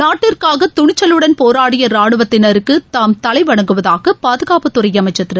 நாட்டிற்ளக தணிச்சலுடன் போராடிய ரானுவத்தினருக்கு தாம் தலை வணங்குவதாக பாதுகாப்புத்துறை அமைச்சர் திரு